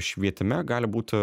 švietime gali būti